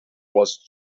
was